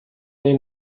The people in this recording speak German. den